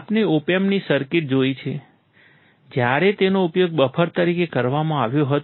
આપણે ઓપ એમ્પની સર્કિટ જોઈ છે જ્યારે તેનો ઉપયોગ બફર તરીકે કરવામાં આવ્યો હતો